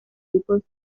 people